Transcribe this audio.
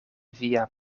via